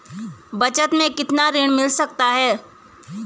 बचत मैं कितना ऋण मिल सकता है?